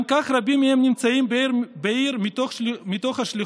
גם כך רבים מהם נמצאים בעיר מתוך שליחות,